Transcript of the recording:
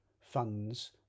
funds